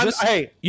Hey